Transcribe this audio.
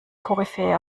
koryphäe